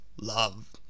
love